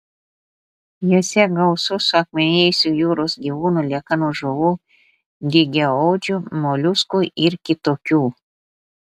jose gausu suakmenėjusių jūros gyvūnų liekanų žuvų dygiaodžių moliuskų ir kitokių